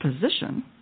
position